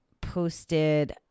posted